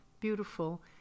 beautiful